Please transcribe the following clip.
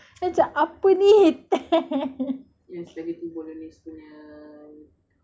I think just now ah flying all my tudung then macam apa ni ten